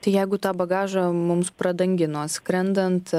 tai jeigu tą bagažą mums pradangino skrendant